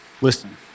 Listen